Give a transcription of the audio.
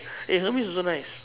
eh Hermes also nice